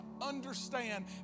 understand